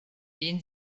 den